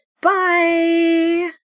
Bye